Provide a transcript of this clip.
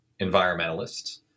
environmentalists